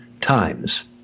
times